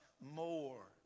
more